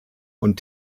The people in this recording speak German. und